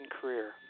career